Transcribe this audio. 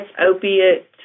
opiate